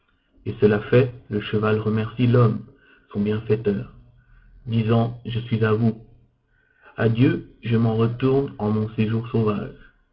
et cela fait le cheval remercie l'homme son bienfaiteur disant je suis à vous adieu je m'en retourne en mon séjour sauvage